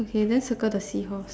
okay then circle the seahorse